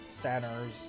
centers